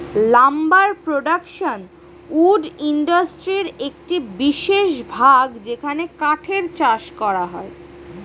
lumber production wood ইন্ডাস্ট্রির একটি বিশেষ ভাগ যেখানে কাঠের চাষ হয়